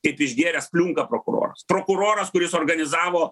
paik išgėręs pliumka prokuroras prokuroras kuris organizavo